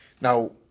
Now